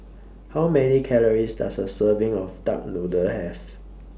How Many Calories Does A Serving of Duck Noodle Have